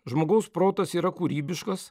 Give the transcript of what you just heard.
žmogaus protas yra kūrybiškas